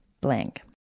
blank